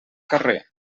carrer